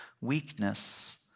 weakness